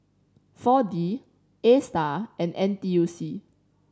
Four D Astar and N T U C